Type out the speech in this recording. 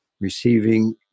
receiving